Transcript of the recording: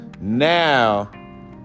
now